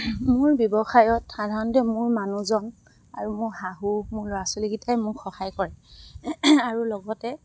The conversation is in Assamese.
মোৰ ব্যৱসায়ত সাধাৰণতে মোৰ মানুহজন আৰু মোৰ শাহু মোৰ ল'ৰা ছোৱালীকেইটাই মোক সহায় কৰে আৰু লগতে